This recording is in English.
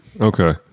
Okay